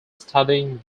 studying